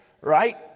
Right